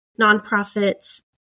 nonprofits